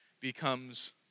becomes